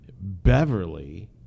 Beverly